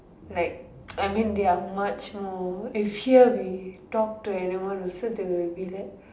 like I mean they are much more if here we talk to anyone also they will be like